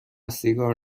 سیگار